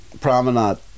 Promenade